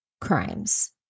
crimes